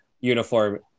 uniform